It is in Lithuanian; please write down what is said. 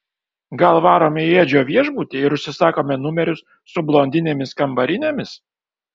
gal varome į edžio viešbutį ir užsisakome numerius su blondinėmis kambarinėmis